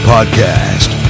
Podcast